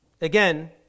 Again